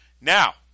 Now